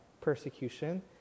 persecution